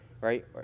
right